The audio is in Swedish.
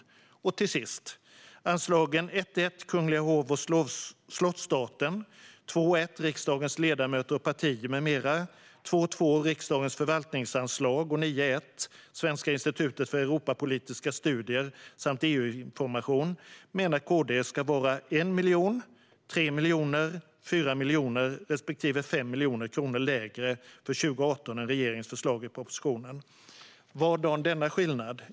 Till sist, när det gäller anslagen 1:1 Kungliga hov och slottsstaten , 2:1 Riksdagens ledamöter och partier m.m. , 2:2 Riksdagens förvaltningsanslag och 9:1 Svenska institutet för europapolitiska studier samt EU-infor mation , menar KD att de ska vara 1 miljon, 3 miljoner, 4 miljoner respektive 5 miljoner kronor lägre för 2018 än i regeringens förslag i propositionen. Vadan denna skillnad?